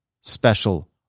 special